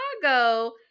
Chicago